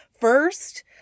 first